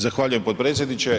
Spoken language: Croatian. Zahvaljujem potpredsjedniče.